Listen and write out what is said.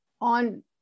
on